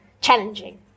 challenging